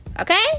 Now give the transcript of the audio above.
okay